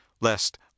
lest